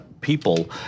people